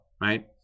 right